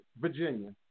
Virginia